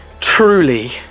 truly